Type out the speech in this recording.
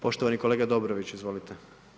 Poštovani kolega Dobrović, izvolite.